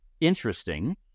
interesting